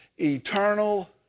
eternal